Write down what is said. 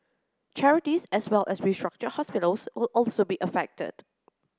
charities as well as restructured hospitals will also be affected